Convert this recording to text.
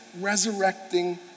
resurrecting